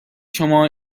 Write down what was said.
شما